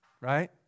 Right